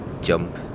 jump